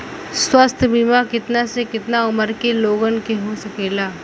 स्वास्थ्य बीमा कितना से कितना उमर के लोगन के हो सकेला?